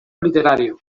literario